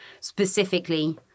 specifically